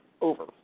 over